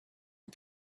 who